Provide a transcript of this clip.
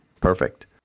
perfect